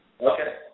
Okay